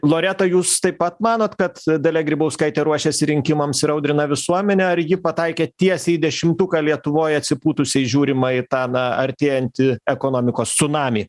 loreta jūs taip pat manot kad dalia grybauskaitė ruošiasi rinkimams ir audrina visuomenę ar ji pataikė tiesiai į dešimtuką lietuvoj atsipūtusiai žiūrima į tą na artėjantį ekonomikos cunamį